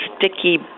sticky